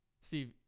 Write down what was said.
Steve